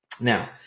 Now